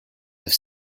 have